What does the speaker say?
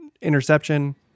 interception